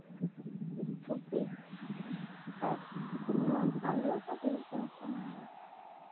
ᱛᱚ ᱵᱮᱥ ᱟᱨ ᱮᱢᱚᱱ ᱟᱞᱮ ᱚᱲᱟᱜ ᱫᱚ ᱦᱩᱭᱩᱜ ᱠᱟᱱᱟ ᱥᱳᱱᱟᱦᱟᱨᱟ